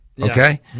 Okay